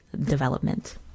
development